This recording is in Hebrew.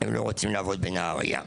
הם לא רוצים לעבוד בנהריה,